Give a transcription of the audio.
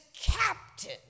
captain